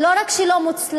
לא רק לא מוצלחת,